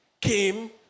came